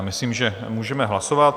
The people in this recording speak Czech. Myslím, že můžeme hlasovat.